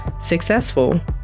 successful